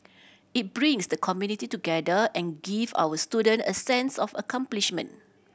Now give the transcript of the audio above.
it brings the community together and give our student a sense of accomplishment